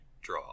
draw